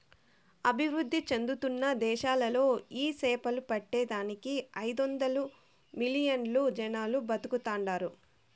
అభివృద్ధి చెందుతున్న దేశాలలో ఈ సేపలు పట్టే దానికి ఐదొందలు మిలియన్లు జనాలు బతుకుతాండారట